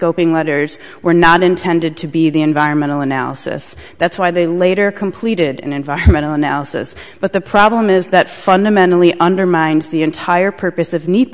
letters were not intended to be the environmental analysis that's why they later completed an environmental analysis but the problem is that fundamentally undermines the entire purpose of need